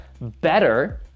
better